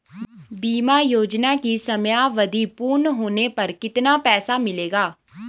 बीमा योजना की समयावधि पूर्ण होने पर कितना पैसा मिलेगा?